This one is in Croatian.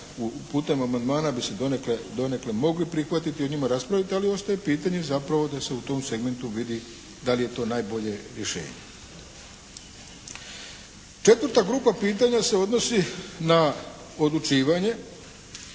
putem amandmana bi se donekle mogli prihvatiti i o njima raspraviti. Ali ostaje pitanje zapravo da se u tom segmentu vidi da li je to najbolje rješenje. Četvrta grupa pitanja se odnosi na odlučivanje